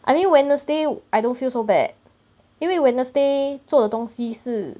I mean wednesday I don't feel so bad 因为 wednesday 做的东西是